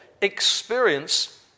experience